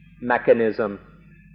mechanism